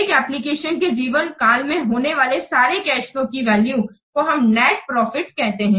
एक एप्लीकेशन के जीवन काल में होने वाले सारे कैश फ्लोज की वैल्यू को हम नेट प्रॉफिट कहते हैं